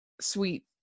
sweet